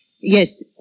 Yes